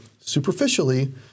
superficially